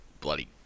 bloody